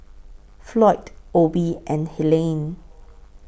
Floyd Obie and Helaine